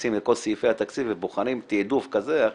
נכנסים עכשיו לכל סעיפי התקציב ובוחנים תעדוף כזה או אחר,